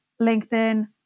LinkedIn